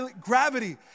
gravity